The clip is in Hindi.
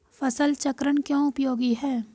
फसल चक्रण क्यों उपयोगी है?